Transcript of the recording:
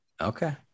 Okay